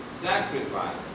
sacrifice